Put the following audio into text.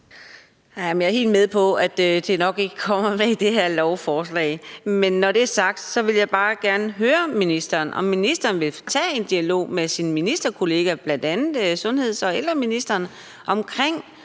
Jeg er helt med på, at det nok ikke kommer med i det her lovforslag, men når det er sagt, vil jeg bare gerne høre ministeren, om ministeren vil tage en dialog med sine ministerkollegaer, bl.a. sundheds- og ældreministeren, om,